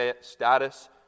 status